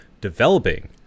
developing